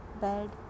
bad